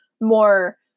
more